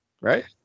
Right